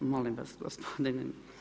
Molim vas gospodine.